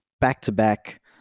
Back-to-back